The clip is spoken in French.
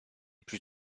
plus